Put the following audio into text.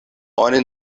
oni